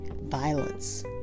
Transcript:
violence